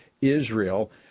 Israel